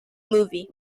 movie